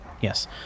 yes